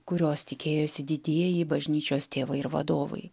kurios tikėjosi didieji bažnyčios tėvai ir vadovai